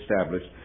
established